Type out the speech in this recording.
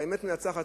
אמת מנצחת,